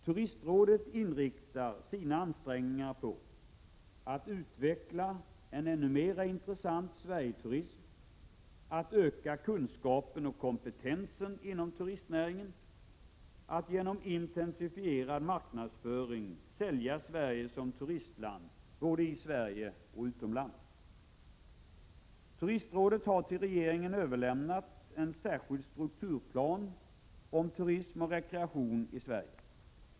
Turistrådet inriktar sina ansträngningar på — att utveckla en ännu mera intressant Sverigeturism, — att öka kunskapen och kompetensen inom turistnäringen och — att genom intensifierad marknadsföring sälja Sverige som turistland både i Sverige och utomlands. Turistrådet har till regeringen överlämnat en särskild strukturplan om turism och rekreation i Sverige.